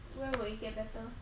if I can live till tomorrow